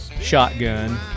shotgun